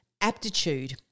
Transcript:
aptitude